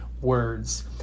words